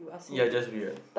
you're just weird